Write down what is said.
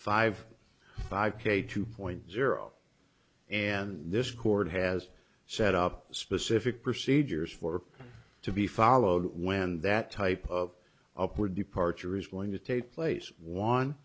five five k two point zero and this court has set up specific procedures for to be followed when that type of upward departure is going to take place on